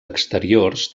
exteriors